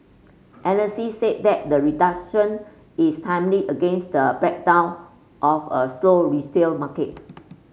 analysts said that the reduction is timely against the back down of a slow resale market